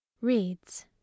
reads